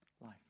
life